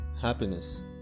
Happiness